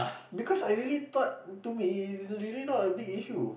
because I really thought to me it's really not a big issue